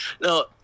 No